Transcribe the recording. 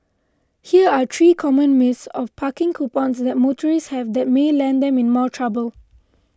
here are three common myths of parking coupons that motorists have that may land them in more trouble